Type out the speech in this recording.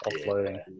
uploading